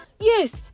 yes